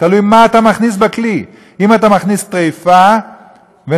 תלוי מה אתה מכניס לכלי, אם אתה מכניס טרפה ונבלה,